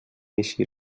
així